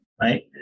right